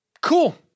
cool